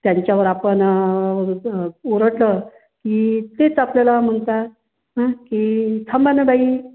त्यांच्यावर आपण ओरडलं की तेच आपल्याला म्हणतात की थांबा ना बाई